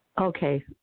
Okay